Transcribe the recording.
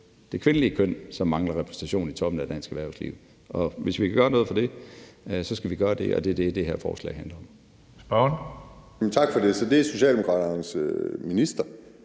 det kvindelige køn, som mangler repræsentation i toppen af dansk erhvervsliv, og hvis vi kan gøre noget i forhold til det, skal vi gøre det, og det er det, det her forslag handler om. Kl. 15:12 Tredje næstformand (Karsten Hønge):